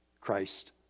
Christ